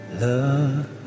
love